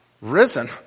risen